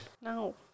No